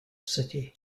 city